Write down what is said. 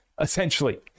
essentially